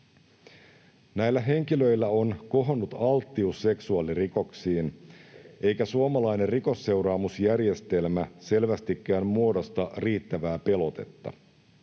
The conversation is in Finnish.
Näillä henkilöillä on kohonnut alttius seksuaalirikoksiin, eikä suomalainen rikosseuraamusjärjestelmä selvästikään muodosta riittävää pelotetta.